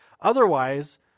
Otherwise